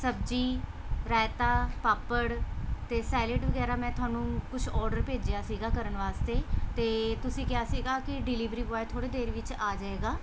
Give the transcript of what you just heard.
ਸਬਜ਼ੀ ਰਾਇਤਾ ਪਾਪੜ ਅਤੇ ਸੈਲਿਡ ਵਗੈਰਾ ਮੈਂ ਤੁਹਾਨੂੰ ਕੁਝ ਔਡਰ ਭੇਜਿਆ ਸੀਗਾ ਕਰਨ ਵਾਸਤੇ ਅਤੇ ਤੁਸੀਂ ਕਿਹਾ ਸੀਗਾ ਕਿ ਡਿਲੀਵਰੀ ਬੋਏ ਥੋੜ੍ਹੇ ਦੇਰ ਵਿੱਚ ਆ ਜਾਵੇਗਾ